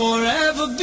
Forever